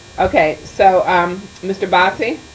okay, so um mr. bossy.